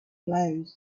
blows